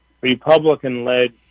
Republican-led